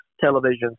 television